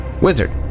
Wizard